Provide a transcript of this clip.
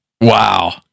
Wow